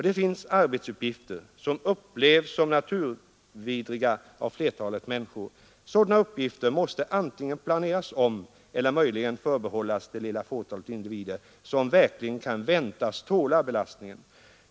Det finns arbetsuppgifter som upplevs som naturvidriga av flertalet människor. Sådana uppgifter måste antingen planeras om eller möjligen förbehållas det lilla fåtal individer, som verkligen kan väntas tåla belastningen.